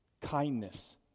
kindness